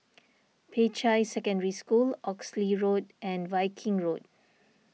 Peicai Secondary School Oxley Road and Viking Road